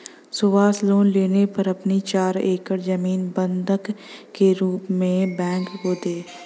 Subhash loan लेने पर अपनी चार एकड़ जमीन बंधक के रूप में बैंक को दें